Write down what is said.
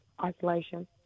isolation